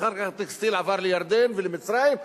ואחר כך הטקסטיל עבר לירדן ולמצרים,